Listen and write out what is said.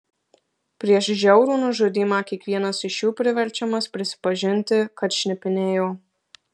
prieš žiaurų nužudymą kiekvienas iš jų priverčiamas prisipažinti kad šnipinėjo